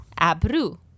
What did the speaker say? Abru